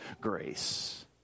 grace